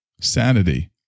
Sanity